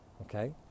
okay